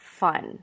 fun